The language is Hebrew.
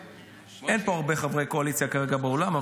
אין פה הרבה חברי קואליציה כרגע באולם,